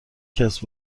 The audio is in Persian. کسب